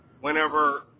whenever